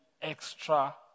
extra